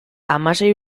hamasei